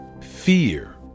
fear